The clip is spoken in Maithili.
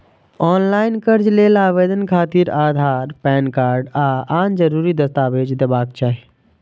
ऑनलॉन कर्ज लेल आवेदन खातिर आधार, पैन कार्ड आ आन जरूरी दस्तावेज हेबाक चाही